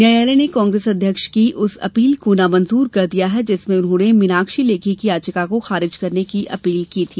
न्यायालय ने कांग्रेस अध्यक्ष की उस अपील को नामंजूर कर दिया जिसमें उन्होंने मीनाक्षी लेखी की याचिका को खारिज करने की अपील की थी